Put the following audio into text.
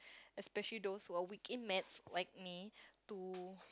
especially those who are weak in maths like me to